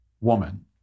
woman